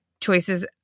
choices